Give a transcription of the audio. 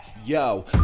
Yo